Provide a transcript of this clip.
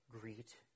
greet